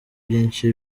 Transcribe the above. byinshi